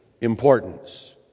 importance